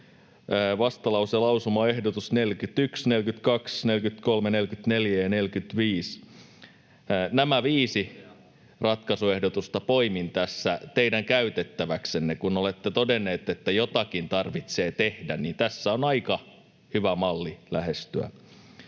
vastalauseen lausumaehdotuksiin 41, 42, 43, 44 ja 45. Nämä viisi ratkaisuehdotusta poimin tässä teidän käytettäväksenne, kun olette todennut, että jotakin tarvitsee tehdä. Tässä on aika hyvä malli lähestyä: